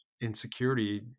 insecurity